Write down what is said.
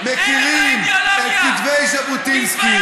אם הייתם באמת מכירים את כתבי ז'בוטינסקי,